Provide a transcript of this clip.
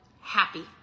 happy